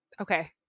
Okay